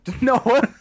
No